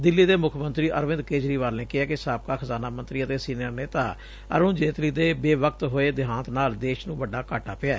ਦਿੱਲੀ ਦੇ ਮੁੱਖ ਮੰਤਰੀ ਅਰਵਿੰਦ ਕੇਜਰੀਵਾਲ ਨੇ ਕਿਹੈ ਕਿ ਸਾਬਕਾ ਖਜਾਨਾ ਮੰਤਰੀ ਅਤੇ ਸੀਨੀਅਰ ਨੇਤਾ ਅਰੁਣ ਜੇਤਲੀ ਦੇ ਬੇਵਕਤ ਹੋਏ ਦੇਹਾਂਤ ਨਾਲ ਦੇਸ਼ ਨੂੰ ਵੱਡਾ ਘਾਟਾ ਪਿਐ